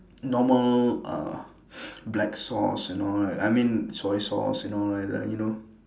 normal uh black sauce and all right I mean soy sauce and all right like you know